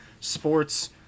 sports